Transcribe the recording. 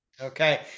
Okay